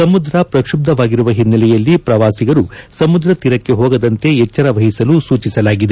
ಸಮುದ್ರ ಪ್ರಕ್ಷುಬ್ದವಾಗಿರುವ ಹಿನ್ನೆಲೆಯಲ್ಲಿ ಪ್ರವಾಸಿಗರು ಸಮುದ್ರ ತೀರಕ್ಕೆ ಹೋಗದಂತೆ ಎಚ್ಚರ ವಹಿಸಲು ಸೂಚಿಸಲಾಗಿದೆ